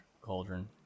cauldron